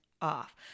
off